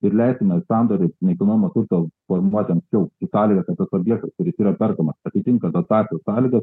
ir leistume sandorius su nekilnojamo turto formuoti anksčiau su sąlyga kad tas objektas kuris yra perkamas atitinka dotacijos sąlygas